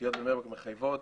התשתיות בבני ברק מחייבות